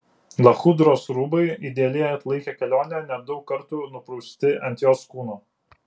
lachudros rūbai idealiai atlaikė kelionę net daug kartų nuprausti ant jos kūno